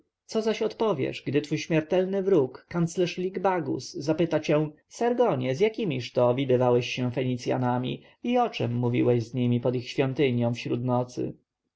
co zaś odpowiesz gdy twój śmiertelny wróg kanclerz lik-bagus zapyta cię sargonie z jakimiż to widywałeś się fenicjanami i o czem mówiłeś z nimi pod ich świątynią wśród nocy